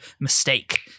mistake